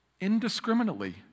indiscriminately